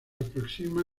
aproxima